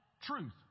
truth